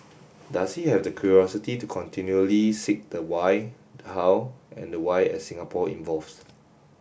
does he have the curiosity to continually seek the why how and the why as Singapore evolves